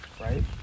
right